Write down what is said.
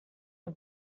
nur